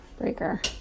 breaker